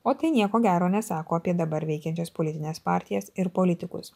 o tai nieko gero nesako apie dabar veikiančias politines partijas ir politikus